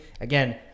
Again